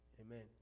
Amen